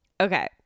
Okay